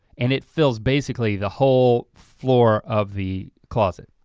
and it fills basically the whole floor of the closet.